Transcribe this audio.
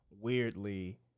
weirdly